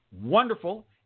wonderful